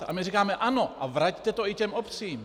A my říkáme ano, a vraťte to i těm obcím.